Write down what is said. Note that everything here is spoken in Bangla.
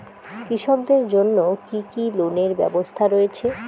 কৃষকদের জন্য কি কি লোনের ব্যবস্থা রয়েছে?